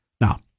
Now